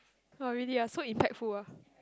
oh really ah so impactful ah